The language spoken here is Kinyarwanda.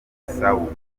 isabukuru